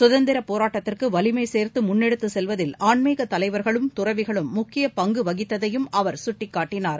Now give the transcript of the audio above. சுதந்திரபோராட்டத்திற்குவலிமைசேர்துமுன்னெடுத்துசெல்வதில் ஆன்மீகதலைவர்களும் தறவிகளும் முக்கியபங்குவகித்ததையும் அவர் சுட்டிக்காட்டினார்